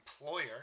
employer